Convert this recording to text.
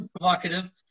provocative